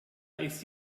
ist